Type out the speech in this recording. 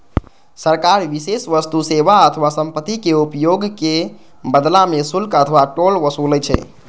सरकार विशेष वस्तु, सेवा अथवा संपत्तिक उपयोगक बदला मे शुल्क अथवा टोल ओसूलै छै